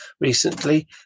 recently